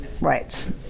Right